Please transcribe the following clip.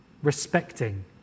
respecting